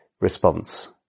response